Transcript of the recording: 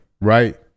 right